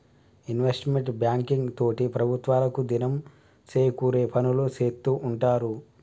investment banking తోటి ప్రభుత్వాలకు దినం సేకూరే పనులు సేత్తూ ఉంటారు